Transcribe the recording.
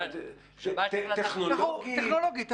טכנולוגית?